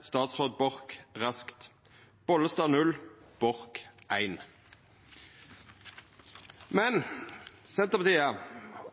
statsråd Borch raskt. Bollestad 0 – Borch 1. Men Senterpartiet